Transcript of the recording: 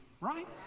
right